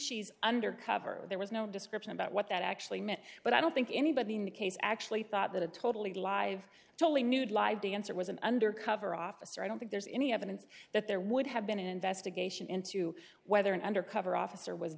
she's undercover there was no description about what that actually meant but i don't think anybody in the case actually thought that a totally live totally nude live dancer was an undercover officer i don't think there's any evidence that there would have been an investigation into whether an undercover officer was